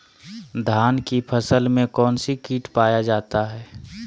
धान की फसल में कौन सी किट पाया जाता है?